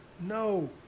No